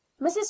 mrs